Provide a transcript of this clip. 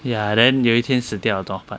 ya then 有一天死掉怎么办